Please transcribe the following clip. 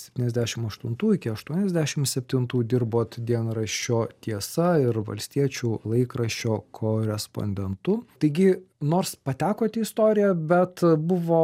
septyniasdešim aštuntų iki aštuoniasdešim septintų dirbot dienraščio tiesa ir valstiečių laikraščio korespondentu taigi nors patekot į istoriją bet buvo